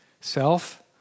Self